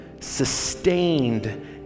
sustained